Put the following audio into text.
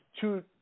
two